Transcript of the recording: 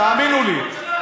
תאמינו לי,